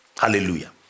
Hallelujah